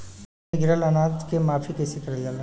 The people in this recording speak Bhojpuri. खेत में गिरल अनाज के माफ़ी कईसे करल जाला?